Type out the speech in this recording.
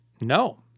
No